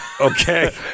Okay